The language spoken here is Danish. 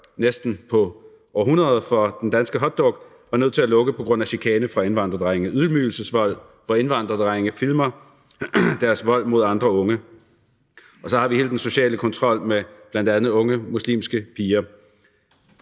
næsten på hundredeårsdagen for den danske hotdog – var nødt til at lukke på grund af chikane fra indvandrerdrenge; der er ydmygelsesvold, hvor indvandrerdrenge filmer deres vold mod andre unge; og så har vi hele den sociale kontrol med bl.a. unge muslimske piger.